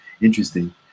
interesting